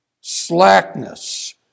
slackness